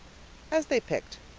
as they picked,